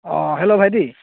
অঁ হেল্ল' ভাইটি